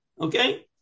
okay